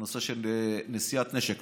בנושא של נשיאת נשק,